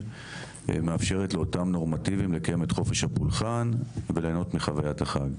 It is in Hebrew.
מאפשרת לאותם נורמטיביים לקיים את חופש הפולחן וליהנות מחוויית החג.